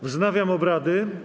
Wznawiam obrady.